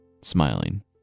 smiling